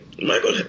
Michael